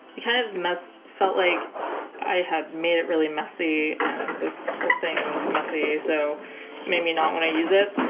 kind of messed felt like i had made it really messy and this whole thing was messy, so made me not want to use it